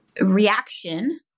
reaction